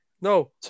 No